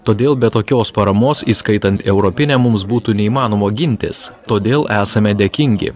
todėl be tokios paramos įskaitant europinę mums būtų neįmanoma gintis todėl esame dėkingi